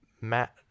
Matt